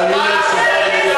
על ניהול הישיבה,